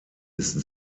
ist